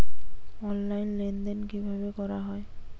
Online লেনদেন কিভাবে করা হয়?